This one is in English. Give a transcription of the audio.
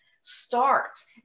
starts